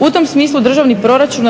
U tim smislu državni proračun